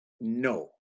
No